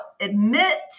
admit